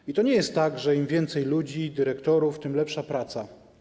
I to nie jest tak, że im więcej ludzi, dyrektorów, tym lepsza praca.